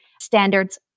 standards